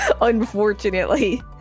Unfortunately